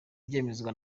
byemezwa